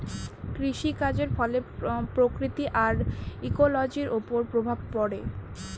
কৃষিকাজের ফলে প্রকৃতি আর ইকোলোজির ওপর প্রভাব পড়ে